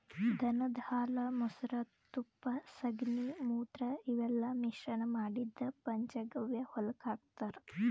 ದನದ್ ಹಾಲ್ ಮೊಸ್ರಾ ತುಪ್ಪ ಸಗಣಿ ಮೂತ್ರ ಇವೆಲ್ಲಾ ಮಿಶ್ರಣ್ ಮಾಡಿದ್ದ್ ಪಂಚಗವ್ಯ ಹೊಲಕ್ಕ್ ಹಾಕ್ತಾರ್